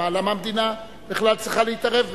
למה המדינה בכלל צריכה להתערב בזה?